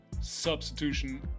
substitution